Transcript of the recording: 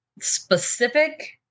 specific